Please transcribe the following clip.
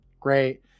great